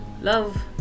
Love